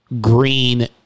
green